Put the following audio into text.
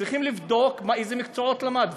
צריכים לבדוק איזה מקצועות הוא למד.